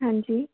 ਹਾਂਜੀ